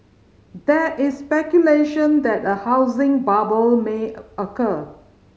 there is speculation that a housing bubble may occur